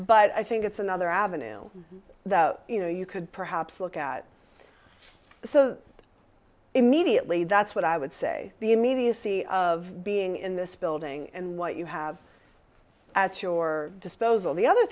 but i think it's another avenue that you know you could perhaps look at so immediately that's what i would say the immediacy of being in this building and what you have at your disposal the other